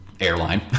airline